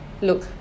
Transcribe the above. look